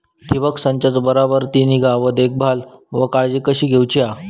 ठिबक संचाचा बराबर ती निगा व देखभाल व काळजी कशी घेऊची हा?